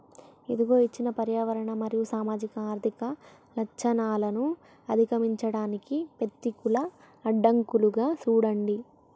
ఇదిగో ఇచ్చిన పర్యావరణ మరియు సామాజిక ఆర్థిక లచ్చణాలను అధిగమించడానికి పెతికూల అడ్డంకులుగా సూడండి